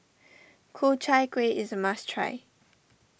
Ku Chai Kueh is a must try